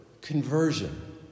conversion